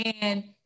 And-